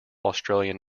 australian